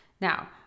Now